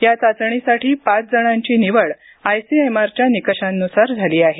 या चाचणीसाठी पाच जणांची निवड आयसीएमआरच्या निकषांनुसार झाली आहे